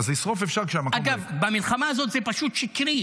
אז לשרוף אפשר כשהמקום ריק.